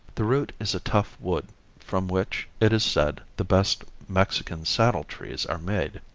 the root is a tough wood from which, it is said, the best mexican saddletrees are made.